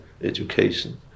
education